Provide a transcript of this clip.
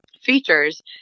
features